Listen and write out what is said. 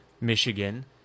michigan